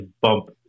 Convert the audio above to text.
bump